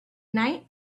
night